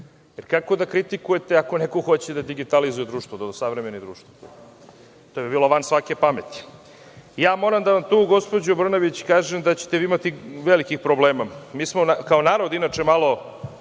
kritiku. Kako da kritikujete ako neko hoće da digitalizuje društvo, da osavremeni društvo? To bi bilo van svake pameti. Ja moram da vam tu, gospođo Brnabić, kažem da ćete imati velikih problema. Mi smo kao narod inače malo